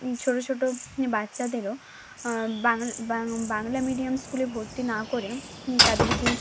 ছোটো ছোটো বাচ্চাদেরও বাংলা মিডিয়াম স্কুলে ভর্তি না করে তাদেরকে